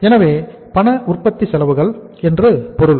எனவே பண உற்பத்தி செலவுகள் என்று பொருள்